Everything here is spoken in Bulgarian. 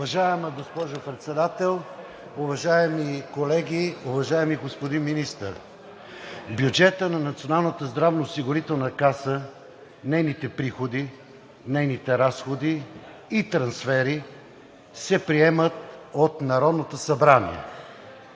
Уважаема госпожо Председател, уважаеми колеги! Уважаеми господин Министър, бюджетът на Националната здравноосигурителна каса, нейните приходи, нейните разходи и трансфери се приемат от Народното събрание.